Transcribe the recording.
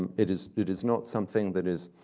and it is it is not something that is